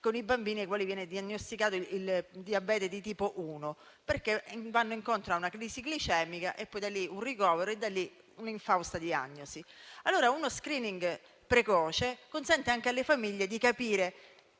ai bambini ai quali viene diagnosticato il diabete di tipo 1: vanno incontro a una crisi glicemica, poi a un ricovero e da lì a un'infausta diagnosi. Uno *screening* precoce consente anche alle famiglie di capire